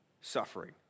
suffering